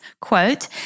quote—